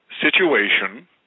situation